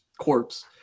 corpse